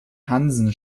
hansen